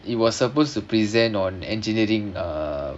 it was supposed to present on engineering uh